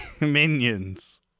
Minions